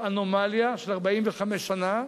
הוא אנומליה של 45 שנה,